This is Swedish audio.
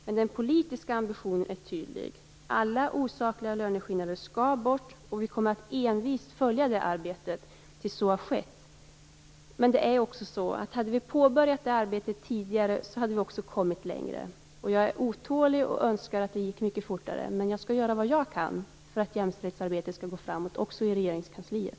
Men den politiska ambitionen är tydlig: Alla osakliga löneskillnader skall bort och vi kommer envist att följa det arbetet tills så har skett. Men det är också så att hade vi påbörjat det arbetet tidigare, hade vi också kommit längre. Jag är otålig och önskar att det gick mycket fortare. Men jag skall göra vad jag kan för att jämställdhetsarbetet skall gå framåt också i Regeringskansliet.